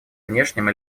внешним